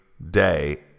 Day